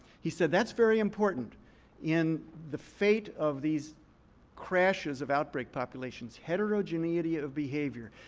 he said that's very important in the fate of these crashes of outbreak populations, heterogeneity of behavior.